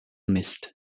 nicht